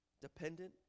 dependent